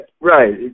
right